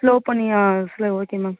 slow பண்ணியா ஆ okay ma'am